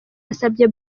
yasabye